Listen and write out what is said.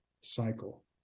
cycle